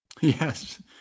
Yes